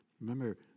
remember